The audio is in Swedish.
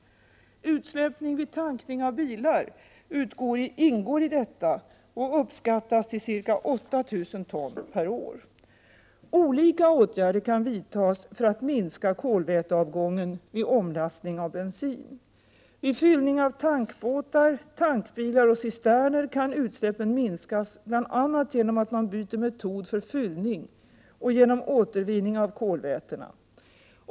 Utsläppen vid tankning av bilar ingår i detta och uppskattas till ca 8 000 ton per år. Olika åtgärder kan vidtas för att minska kolväteavgången vid omlastning av bensin. Vid fyllning av tankbåtar, tankbilar och cisterner kan utsläppen minskas bl.a. genom att man byter metod för fyllning och genom återvinning av kolvätena.